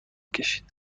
کشید